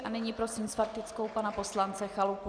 A nyní prosím s faktickou pana poslance Chalupu.